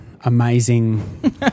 amazing